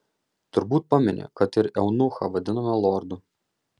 turbūt pameni kad ir eunuchą vadinome lordu